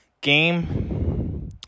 game